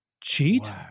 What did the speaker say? Cheat